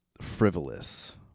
frivolous